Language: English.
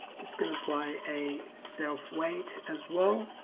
just going to apply a self weight as well